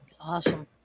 Awesome